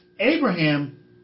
Abraham